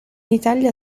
italia